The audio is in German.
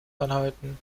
anhalten